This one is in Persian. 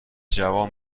جوان